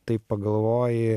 taip pagalvoji